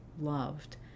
loved